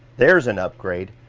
there's an upgrade.